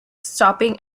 stopping